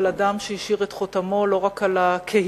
אבל אדם שהשאיר את חותמו לא רק על הקהילה